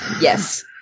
Yes